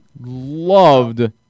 loved